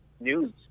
news